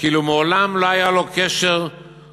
כאילו מעולם לא היה לו קשר כלשהו,